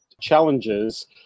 challenges